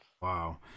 Wow